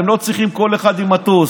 אתם לא צריכים כל אחד עם מטוס.